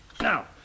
Now